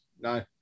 No